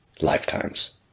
lifetimes